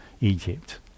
Egypt